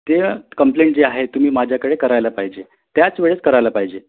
तेय कंप्लेंट जे आहे तुम्ही माझ्याकडे करायला पाहिजे त्याच वेळेस करायला पाहिजे